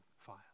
fire